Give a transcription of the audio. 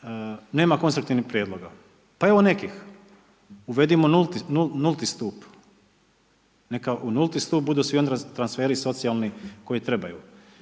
nema konstruktivnih prijedloga. Pa evo nekih. Uvedimo nulti stup, neka u nulti stup budu svi oni transferi socijalni koji trebaju.